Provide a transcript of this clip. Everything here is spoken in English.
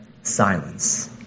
silence